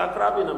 יצחק רבין המנוח.